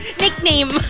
Nickname